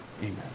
Amen